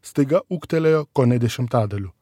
staiga ūgtelėjo kone dešimtadaliu